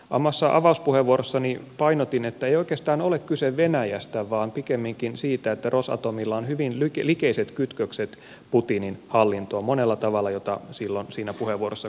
omassa avauspuheenvuorossani painotin että ei oikeastaan ole kyse venäjästä vaan pikemminkin siitä että rosatomilla on hyvin likeiset kytkökset putinin hallintoon monella tavalla mitä silloin siinä puheenvuorossa kuvasin